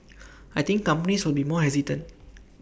I think companies will be more hesitant